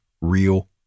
real